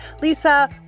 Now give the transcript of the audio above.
Lisa